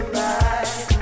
right